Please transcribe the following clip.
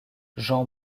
jean